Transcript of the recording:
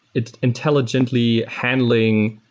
it's intelligently handling